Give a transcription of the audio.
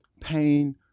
pain